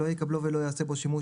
לא יקבלו ולא יעשה בו שימוש,